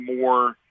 more